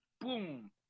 Boom